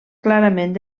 clarament